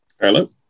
Hello